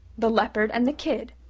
the leopard and the kid,